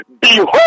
behold